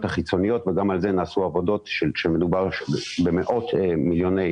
החיצוניות שגם על זה נעשו עבודות שמדובר במאות מיליוני